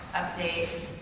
updates